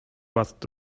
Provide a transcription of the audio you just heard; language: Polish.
łask